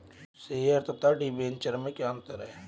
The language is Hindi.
शेयर तथा डिबेंचर में क्या अंतर है?